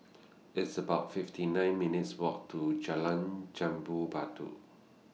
It's about fifty nine minutes' Walk to Jalan Jambu Batu